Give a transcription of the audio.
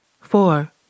Four